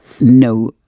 no